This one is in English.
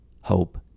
hope